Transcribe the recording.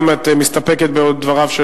האם את מסתפקת בדבריו?